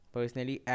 Personally